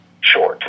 short